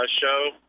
show